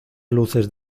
luces